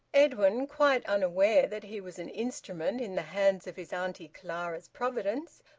edwin, quite unaware that he was an instrument in the hands of his auntie clara's providence,